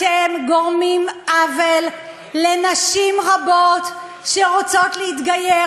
אתם גורמים עוול לנשים רבות שרוצות להתגייר